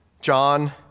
John